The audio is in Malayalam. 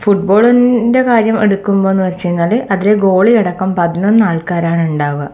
ഫുട്ബോളിൻൻ്റെ കാര്യം എടുക്കുമ്പോൾ എന്ന് വെച്ച് കഴിഞ്ഞാൽ അതിൽ ഗോളിയടക്കം പതിനൊന്ന് ആൾക്കാരാണ് ഉണ്ടാവുക